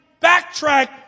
backtrack